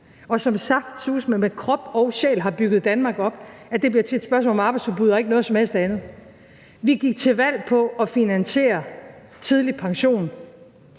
og som saftsuseme med krop og sjæl har bygget Danmark op, bliver til et spørgsmål om arbejdsudbud og ikke noget som helst andet. Vi gik til valg på at finansiere tidlig pension,